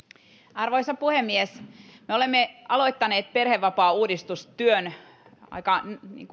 arvoisa puhemies me olemme aloittaneet perhevapaauudistustyön aika